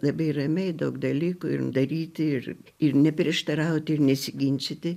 labai ramiai daug dalykų daryti ir ir neprieštarauti ir nesiginčyti